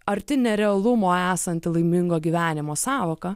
arti nerealumo esanti laimingo gyvenimo sąvoka